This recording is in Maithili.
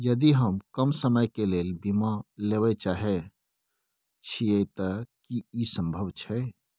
यदि हम कम समय के लेल बीमा लेबे चाहे छिये त की इ संभव छै?